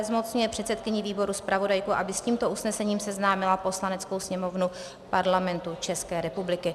Zmocňuje předsedkyni výboru zpravodajku, aby s tímto usnesením seznámila Poslaneckou sněmovnu Parlamentu České republiky.